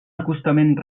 acostament